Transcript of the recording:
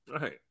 Right